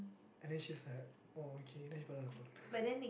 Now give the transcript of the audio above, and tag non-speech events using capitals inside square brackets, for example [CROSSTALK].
and then she's like oh okay then she put down the phone [BREATH]